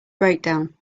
breakdown